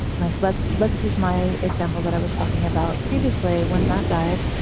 like, let's let's use my example that i was talking about previously when matt died,